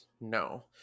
No